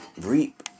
Reap